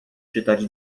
czytać